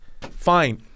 fine